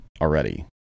already